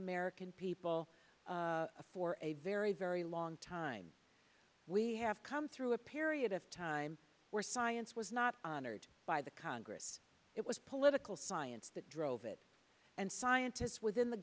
american people for a very very long time we have come through a period of time where science was not honored by the congress it was political science that drove it and scientists within the